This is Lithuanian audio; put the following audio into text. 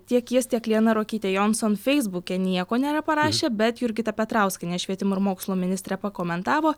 tiek jis tiek liana ruokytė jonson feisbuke nieko nėra parašę bet jurgita petrauskienė švietimo ir mokslo ministrė pakomentavo